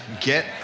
get